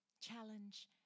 challenge